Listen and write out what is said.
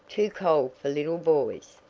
too cold for little boys.